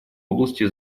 области